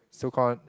so call